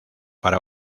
para